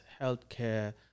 healthcare